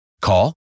Call